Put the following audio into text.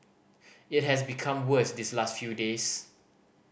it has become worse these last few days